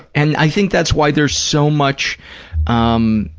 and i think that's why there's so much um